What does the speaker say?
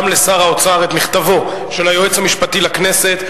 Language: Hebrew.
לשר האוצר את מכתבו של היועץ המשפטי לכנסת.